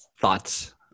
Thoughts